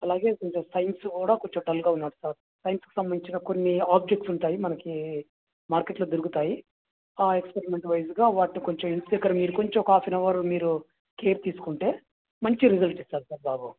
అలాగే కొంచెం సైన్స్ కూడా కొంచెం డల్గా ఉన్నాడు సార్ సైన్స్కి సంబంధించిన కొన్ని ఆబ్జెక్ట్స్ ఉంటాయి మనకి మార్కెట్లో దొరుకుతాయి ఆ ఎక్స్పరిమెంట్ వైస్గా వాటిని కొంచెం ఇంటి దగ్గర మీరు కొంచెం ఒక హాఫ్ ఎన్ అవర్ మీరు కేర్ తీసుకుంటే మంచి రిసల్ట్ ఇస్తాడు సార్ బాబు